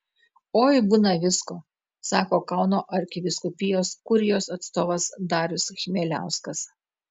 oi būna visko sako kauno arkivyskupijos kurijos atstovas darius chmieliauskas